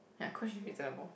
ya Coach is reasonable